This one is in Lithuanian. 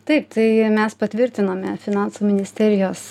taip tai mes patvirtinome finansų ministerijos